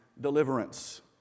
deliverance